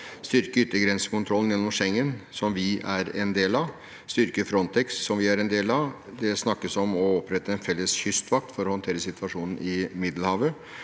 styrke yttergrensekontrollen gjennom Schengen, som vi er en del av, og styrke Frontex, som vi er en del av. Det snakkes om å opprette en felles kystvakt for å håndtere situasjonen i Middelhavet,